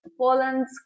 Poland's